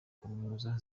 kaminuza